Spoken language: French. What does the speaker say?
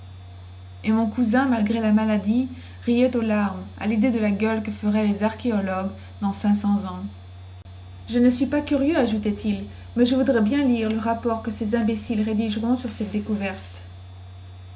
et mon cousin malgré la maladie riait aux larmes à lidée de la gueule que feraient les archéologues dans cinq cents ans je ne suis pas curieux ajoutait-il mais je voudrais bien lire le rapport que ces imbéciles rédigeront sur cette découverte